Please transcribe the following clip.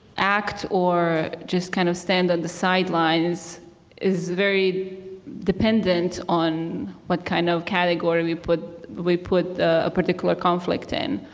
act or just kind of stand on the sidelines is very dependent on what kind of category we put we put a particular conflict in.